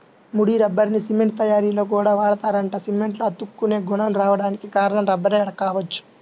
ముడి రబ్బర్ని సిమెంట్ తయ్యారీలో కూడా వాడతారంట, సిమెంట్లో అతుక్కునే గుణం రాడానికి కారణం రబ్బరే గావచ్చు